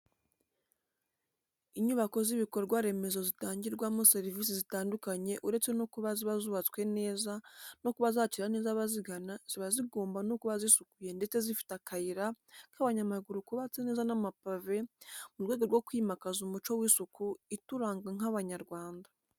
Inyubako z'ibikorwa remezo zitangirwamo serivisi zitandukanye uretse no kuba ziba zubatse neza no kuba zakirana neza abazigana ziba zigomba no kuba zisukuye ndetse zifite akayira k'abanyamaguru kubatse neza n'amapave mu rwego rwo kwimakaza umuco w'isuku ituranga nk'Abanyarwanda.